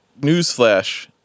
newsflash